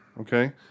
Okay